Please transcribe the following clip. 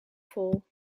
vol